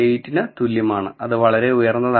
8 ന് തുല്യമാണ് അത് വളരെ ഉയർന്നതാണ്